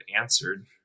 answered